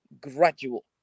gradual